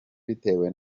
bitewe